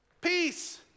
peace